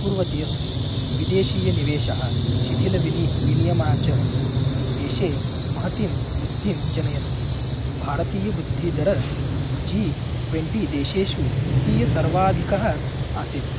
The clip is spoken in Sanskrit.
कुर्वती अस्ति विदेशीयनिवेशः शिथिलविनि विनियमा च देशे महतीं बुद्धिं जनयन्ति भारतीयवृद्धिदर जी ट्वेन्टि देशेषु द्वितीयसर्वाधिकः आसीत्